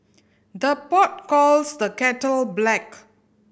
the pot calls the kettle black